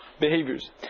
behaviors